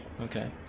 okay